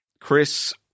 Chris